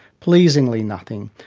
pleasingly nothing.